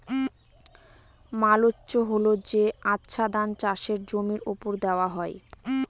mulch হল যে আচ্ছাদন চাষের জমির ওপর দেওয়া হয়